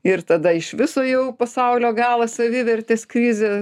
ir tada iš viso jau pasaulio galą savivertės krizė